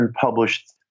published